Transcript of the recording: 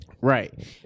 right